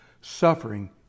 suffering